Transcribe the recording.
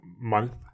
month